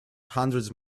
hundreds